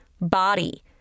Body